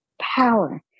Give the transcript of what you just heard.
power